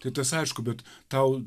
tai tas aišku bet tau